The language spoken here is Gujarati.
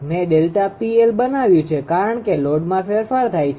મે ΔPL બનાવ્યું છે કારણ કે લોડમાં ફેરફાર થાય છે